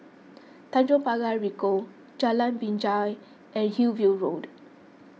Tanjong Pagar Ricoh Jalan Binjai and Hillview Road